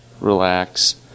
relax